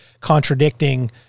contradicting